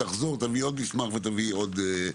"תחזור ותביא עוד מסמך ותביא עוד".